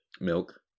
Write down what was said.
Milk